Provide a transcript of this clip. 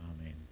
Amen